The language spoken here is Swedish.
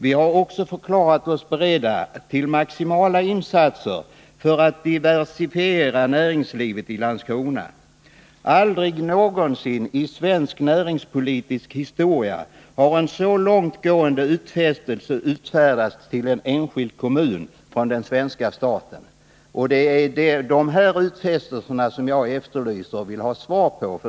Vi har också förklarat oss beredda till maximala insatser för att diversifiera näringslivet i Landskrona. Aldrig någonsin i svensk näringspolitisk historia har en så långtgående utfästelse utfärdats till en enskild kommun från den svenska staten.” Det är beträffande dessa utfästelser som jag efterlyser ett svar.